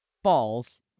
Falls